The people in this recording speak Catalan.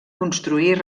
construir